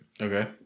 Okay